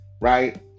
right